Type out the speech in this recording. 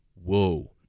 Whoa